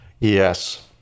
Yes